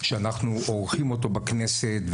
שאנחנו עורכים אותו בכנסת,